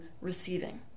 receiving